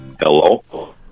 Hello